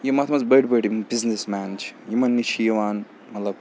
یِم اَتھ منٛز بٔڑۍ بٔڑۍ یِم بِزنس مین چھِ یِمَن نِش چھِ یِوان مطلب